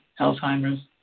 Alzheimer's